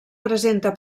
presenta